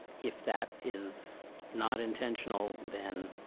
if that is not intentional then